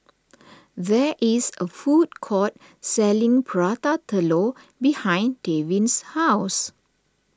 there is a food court selling Prata Telur behind Davin's house